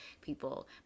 people